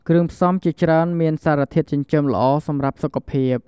គ្រឿងផ្សំ ជាច្រើនមានសារធាតុចិញ្ចឹមល្អសម្រាប់សុខភាព។